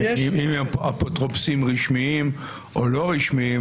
אם הם אפוטרופוסים רשמיים או לא רשמיים,